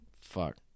Fuck